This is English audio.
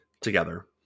together